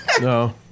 No